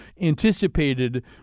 anticipated